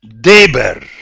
Deber